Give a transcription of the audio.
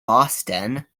boston